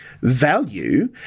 value